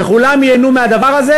וכולם ייהנו מהדבר הזה,